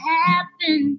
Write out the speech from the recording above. happen